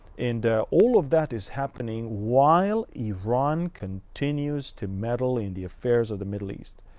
and all of that is happening while iran continues to meddle in the affairs of the middle east.